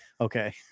Okay